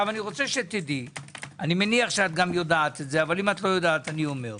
אני מניח שאת יודעת, אבל אם לא אני אומר: